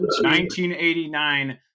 1989